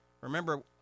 Remember